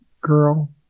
Girl